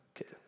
Okay